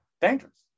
dangerous